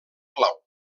clau